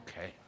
Okay